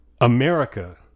America